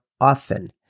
often